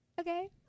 Okay